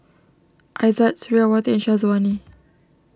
Aizat Suriawati and Syazwani